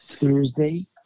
Thursday